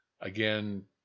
again